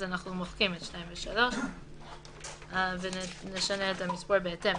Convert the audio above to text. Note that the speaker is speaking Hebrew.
אז אנחנו מוחקים את 2 ו-3 ונשנה את המספור בהתאם.